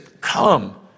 come